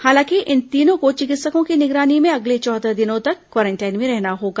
हालांकि इन तीनों को विकित्सकों की निगरानी में अगले चौदह दिनों तक क्वारेंटाइन में रहना होगा